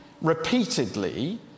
repeatedly